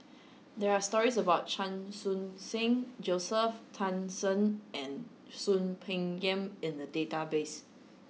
there are stories about Chan Khun Sing Joseph Tan Shen and Soon Peng Yam in the database